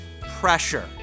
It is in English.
pressure